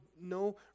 no